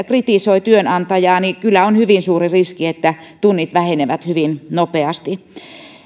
kritisoi työnantajaa kyllä on hyvin suuri riski että tunnit vähenevät hyvin nopeasti